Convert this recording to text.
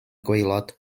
gwaelod